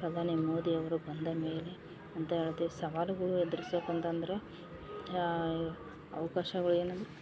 ಪ್ರಧಾನಿ ಮೋದಿಯವರು ಬಂದ ಮೇಲೆ ಅಂತ ಹೇಳ್ತೆ ಸವಾಲುಗಳು ಎದ್ರುಸೋಕಂತ ಅಂದರೆ ಅವಕಾಶಗಳ್ ಏನಂದರೆ